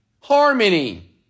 Harmony